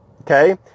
Okay